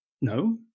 No